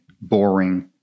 boring